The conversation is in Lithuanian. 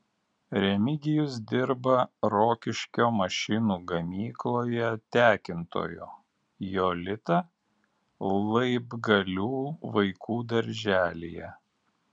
remigijus dirba rokiškio mašinų gamykloje tekintoju jolita laibgalių vaikų darželyje